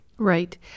Right